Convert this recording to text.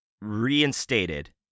reinstated